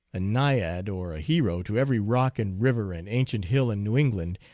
a naiad, or a hero to every rock and river and ancient hill in new england,